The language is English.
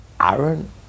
Aaron